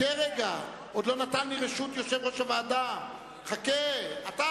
יושב-ראש הוועדה עוד לא נתן לי רשות.